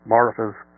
Martha's